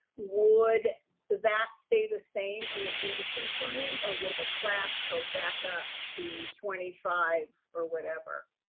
would that stay the same in the distance learning? or would the class go back up to twenty five or whatever?